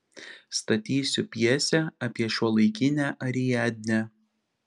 statysiu pjesę apie šiuolaikinę ariadnę